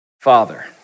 Father